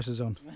on